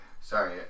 Sorry